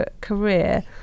career